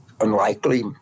unlikely